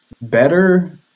better